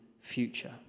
future